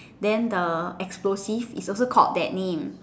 then the explosive is also called that name